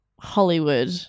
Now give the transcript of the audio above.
Hollywood